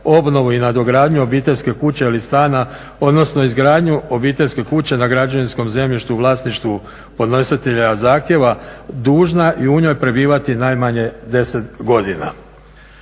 obnovu i nadogradnju obiteljske kuće ili stana, odnosno izgradnju obiteljske kuće na građevinskom zemljištu u vlasništvu podnositelja zahtjeva dužna i u njoj prebivati najmanje 10 godina.